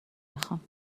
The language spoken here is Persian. میخام